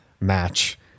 match